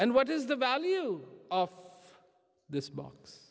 and what is the value of this box